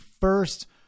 first